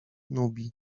nubii